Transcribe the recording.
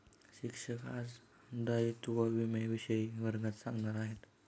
शिक्षक आज दायित्व विम्याविषयी वर्गात सांगणार आहेत